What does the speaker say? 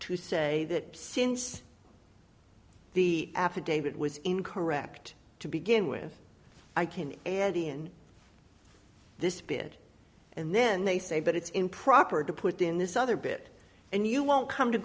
to say that since the affidavit was incorrect to begin with i can add in this bid and then they say but it's improper to put in this other bit and you won't come to